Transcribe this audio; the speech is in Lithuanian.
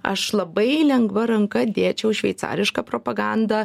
aš labai lengva ranka dėčiau šveicarišką propagandą